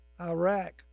iraq